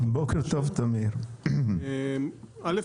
א',